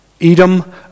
Edom